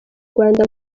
rwanda